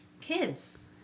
kids